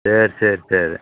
சரி சரி சரி